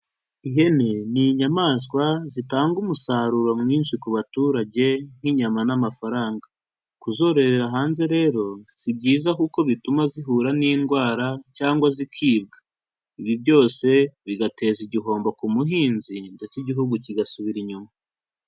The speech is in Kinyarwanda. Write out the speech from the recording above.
Ihene ni inyamaswa zitanga umusaruro mwinshi ku baturage nk'inyama n'amafaranga. Kuzorora hanze rero si byiza kuko bituma zihura n'indwara cyangwa zikibwa, ibi byose bigateza igihombo ku muhinzi ndetse igihugu kigasubira inyuma.